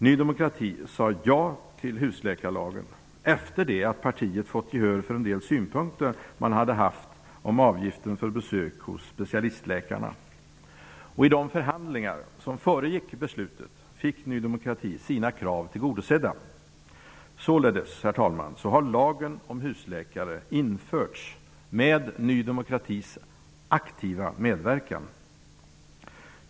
Ny demokrati sade ja till husläkarlagen efter att partiet fått gehör för en del synpunkter man hade haft om avgiften för besök hos specialistläkarna. I de förhandlingar som föregick beslutet fick Ny demokrati sina krav tillgodosedda. Således har lagen om husläkare införts med Ny demokratis aktiva medverkan!